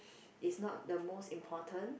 is not the most important